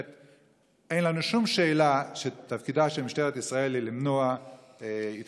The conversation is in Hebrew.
אין לנו שום שאלה שתפקידה של משטרת ישראל הוא למנוע התקהלויות,